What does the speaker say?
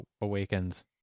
Awakens